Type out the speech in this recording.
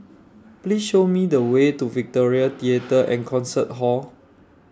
Please Show Me The Way to Victoria Theatre and Concert Hall